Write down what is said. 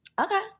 okay